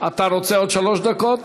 אתה רוצה עוד שלוש דקות